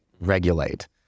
regulate